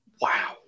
Wow